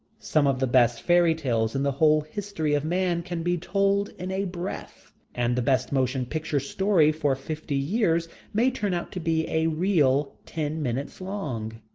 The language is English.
some of the best fairy-tales in the whole history of man can be told in a breath. and the best motion picture story for fifty years may turn out to be a reel ten minutes long.